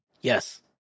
Yes